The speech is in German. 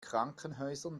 krankenhäusern